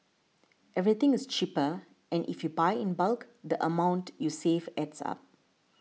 everything is cheaper and if you buy in bulk the amount you save adds up